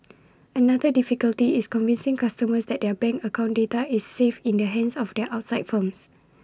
another difficulty is convincing customers that their bank account data is safe in the hands of the outside firms